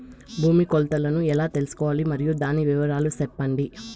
భూమి కొలతలను ఎలా తెల్సుకోవాలి? మరియు దాని వివరాలు సెప్పండి?